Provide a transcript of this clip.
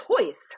choice